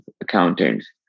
accountants